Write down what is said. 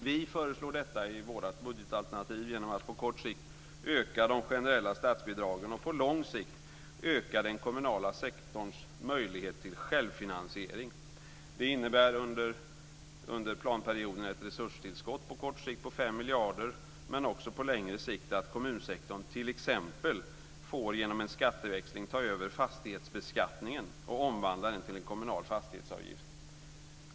Vi föreslår detta i vårt budgetalternativ genom att på kort sikt öka de generella statsbidragen och på lång sikt öka den kommunala sektorns möjlighet till självfinansiering. Det innebär under planperioden ett resurstillskott på kort sikt på 5 miljarder men också på längre sikt att kommunsektorn t.ex. genom en skatteväxling får ta över fastighetsbeskattningen och omvandla den till en kommunal fastighetsavgift.